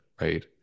right